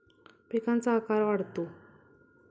पिकांचा आकार वाढतो